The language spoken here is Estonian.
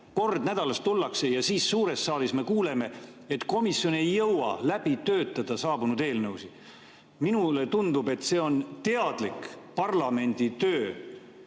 kord nädalas tullakse [kokku]. Ja siis suures saalis me kuuleme, et komisjon ei jõua läbi töötada saabunud eelnõusid. Minule tundub, et see on teadlik parlamendi töö